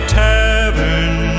tavern